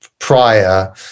prior